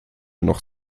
noch